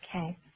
Okay